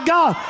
God